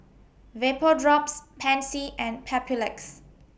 Vapodrops Pansy and Papulex